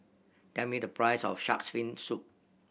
tell me the price of Shark's Fin Soup